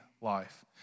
life